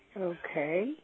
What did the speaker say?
Okay